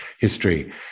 history